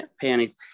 panties